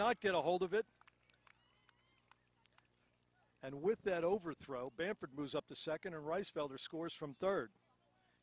not get a hold of it and with that overthrow bamford moves up the second a rice field or scores from third